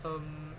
um